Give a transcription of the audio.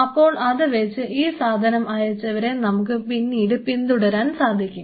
അപ്പോൾ അത് വെച്ച് ഈ സാധനം അയച്ചവരെ നമുക്ക് പിന്നീട് പിന്തുടരാൻ സാധിക്കും